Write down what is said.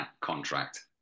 contract